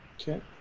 Okay